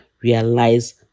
realize